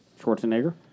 Schwarzenegger